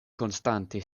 konstante